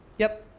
yep.